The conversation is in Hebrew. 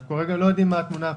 כרגע לא ידועה לנו התמונה הפוליטית.